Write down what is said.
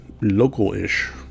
local-ish